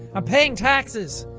ah paying taxes.